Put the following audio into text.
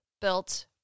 built